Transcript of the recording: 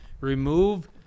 remove –